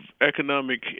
economic